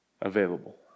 available